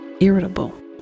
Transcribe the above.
irritable